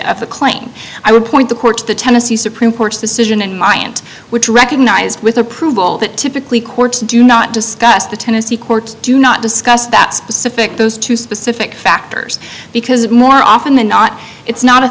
the claim i would point the courts the tennessee supreme court's decision in my aunt which recognized with approval that typically courts do not discussed the tennessee courts do not discuss that specific those two specific factors because more often than not it's not a